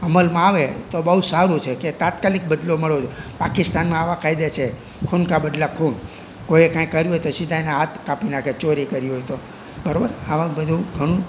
અમલમાં આવે તો બહુ સારું છે કે તાત્કાલિક બદલો મળવો જોઈએ પાકિસ્તાનમાં આવા કાયદા છે ખૂન કા બદલા ખૂન કોઈએ કંઈ કર્યું હોય તો સીધા એના હાથ કાપી નાખે ચોરી કરી હોય તો બરોબર આવા બધું ઘણું